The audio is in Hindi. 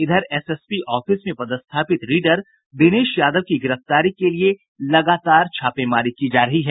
इधर एसएसपी ऑफिस में पदस्थापित रीडर दिनेश यादव की गिरफ्तारी के लिये लगातार छापेमारी की जा रही है